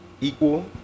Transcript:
equal